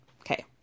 okay